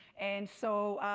and so,